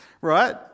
right